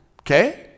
Okay